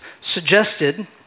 suggested